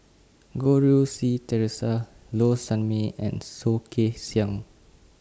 Goh Rui Si Theresa Low Sanmay and Soh Kay Siang